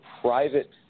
private